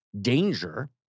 danger